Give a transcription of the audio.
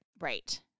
Right